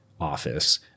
office